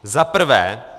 Za prvé.